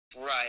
Right